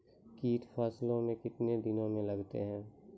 कीट फसलों मे कितने दिनों मे लगते हैं?